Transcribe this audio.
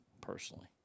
personally